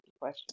question